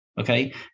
Okay